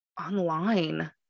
Online